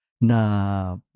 Na